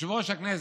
יושב-ראש הכנסת,